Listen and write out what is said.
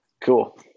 cool